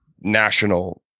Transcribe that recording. national